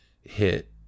hit